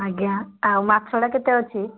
ଆଜ୍ଞା ଆଉ ମାଛଟା କେତେ ଅଛି